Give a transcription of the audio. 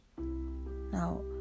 Now